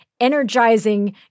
energizing